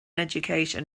education